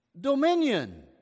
Dominion